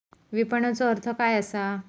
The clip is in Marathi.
विपणनचो अर्थ काय असा?